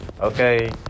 Okay